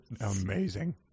Amazing